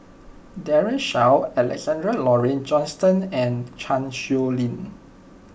Daren Shiau Alexander Laurie Johnston and Chan Sow Lin